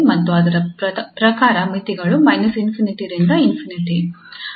ಮತ್ತು ಅದರ ಪ್ರಕಾರ ಮಿತಿಗಳು −∞ ರಿಂದ ∞